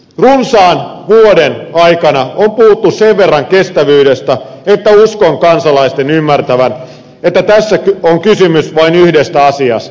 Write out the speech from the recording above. runsaan vuoden aikana on puhuttu sen verran kestävyydestä että uskon kansalaisten ymmärtävän että tässä on kysymys vain yhdestä asiasta